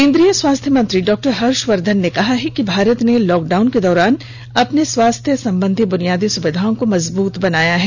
केंद्रीय स्वास्थ्य मंत्री डॉक्टर हर्षवर्धन ने कहा है कि भारत ने लॉकडाउन के दौरान अपने स्वास्थ्य संबंधी बुनियादी सुविधाओं को मजबूत बनाया है